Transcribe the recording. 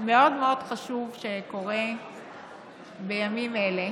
מאוד מאוד חשוב שקורה בימים אלה,